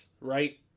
right